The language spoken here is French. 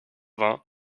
vingts